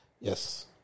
Yes